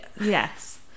yes